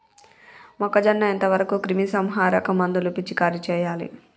మొక్కజొన్న ఎంత వరకు క్రిమిసంహారక మందులు పిచికారీ చేయాలి?